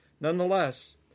nonetheless